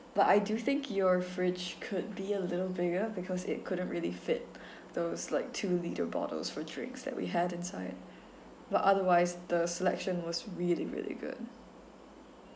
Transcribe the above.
but I do think your fridge could be a little bigger because it couldn't really fit those like two litre bottles for drinks that we had inside but otherwise the selection was really really good